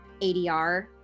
ADR